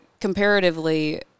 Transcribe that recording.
comparatively